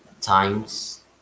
times